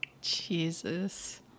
Jesus